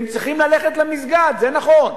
הם צריכים ללכת למסגד, זה נכון,